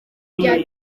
rya